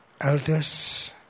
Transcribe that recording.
elders